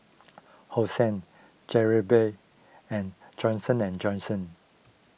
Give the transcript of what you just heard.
Hosen Jollibee and Johnson and Johnson